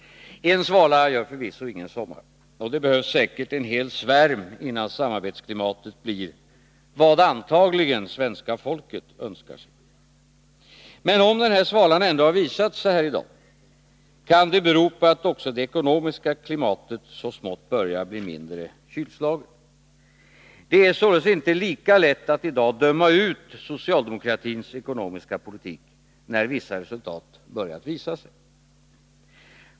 En svala gör förvisso ingen sommar. Det behövs säkert en hel svärm, innan samarbetsklimatet blir vad antagligen svenska folket önskar. Men om denna svala ändå har visat sig här i dag, kan det bero på att också det ekonomiska klimatet så smått börjar bli mindre kylslaget. Det är således inte lika lätt att i dag döma ut socialdemokratins ekonomiska politik, när vissa resultat börjar visa sig.